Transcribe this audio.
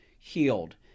Healed